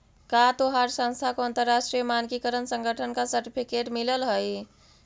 का तोहार संस्था को अंतरराष्ट्रीय मानकीकरण संगठन का सर्टिफिकेट मिलल हई